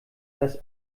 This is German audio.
das